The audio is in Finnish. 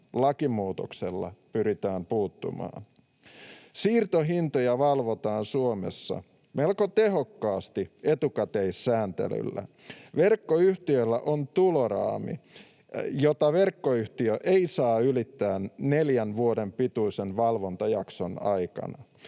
lakimuutoksella pyritään puuttumaan. Siirtohintoja valvotaan Suomessa melko tehokkaasti etukäteissääntelyllä. Verkkoyhtiöillä on tuloraami, jota verkkoyhtiö ei saa ylittää neljän vuoden pituisen valvontajakson aikana.